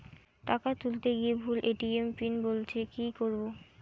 টাকা তুলতে গিয়ে ভুল এ.টি.এম পিন বলছে কি করবো?